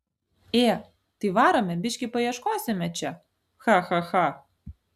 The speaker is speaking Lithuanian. ė tai varome biškį paieškosime čia cha cha cha